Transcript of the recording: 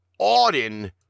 Auden